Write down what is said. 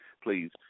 please